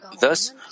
Thus